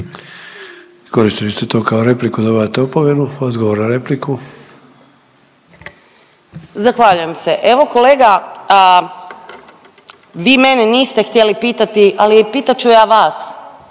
Koristili ste to kao repliku, dobivate opomenu. Odgovor na repliku. **Benčić, Sandra (Možemo!)** Zahvaljujem se. Evo kolega vi mene niste htjeli pitati ali pitat ću ja vas